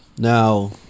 Now